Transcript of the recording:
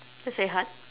that's very hard